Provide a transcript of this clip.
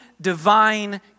divine